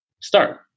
Start